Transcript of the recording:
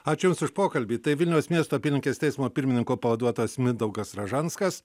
ačiū jums už pokalbį tai vilniaus miesto apylinkės teismo pirmininko pavaduotojas mindaugas ražanskas